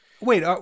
Wait